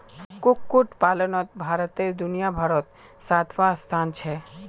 कुक्कुट पलानोत भारतेर दुनियाभारोत सातवाँ स्थान छे